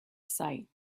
sight